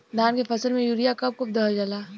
धान के फसल में यूरिया कब कब दहल जाला?